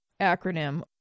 acronym